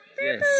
Yes